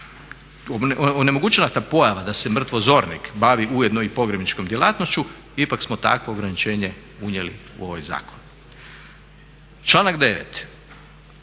onemogućena ta pojava da se mrtvozornik bavi ujedno i pogrebničkom djelatnošću ipak smo takvo ograničenje unijeli u ovaj zakon. Članak 9.